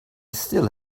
still